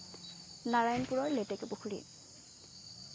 নাৰায়ণপুৰৰ লেতেকুপুখুৰী